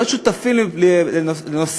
להיות שותפים לנושאים